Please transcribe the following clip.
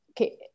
okay